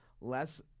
less